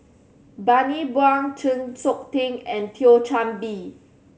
Bani Buang Chng Seok Tin and Thio Chan Bee